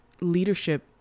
leadership